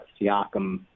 Siakam